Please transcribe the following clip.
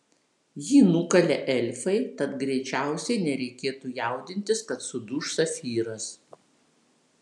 jį nukalė elfai tad greičiausiai nereikėtų jaudintis kad suduš safyras